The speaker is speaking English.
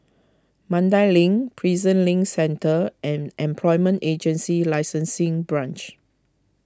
Mandai Link Prison Link Centre and Employment Agency Licensing Branch